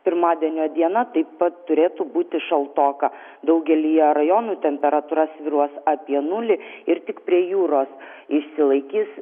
pirmadienio diena taip pat turėtų būti šaltoka daugelyje rajonų temperatūra svyruos apie nulį ir tik prie jūros išsilaikys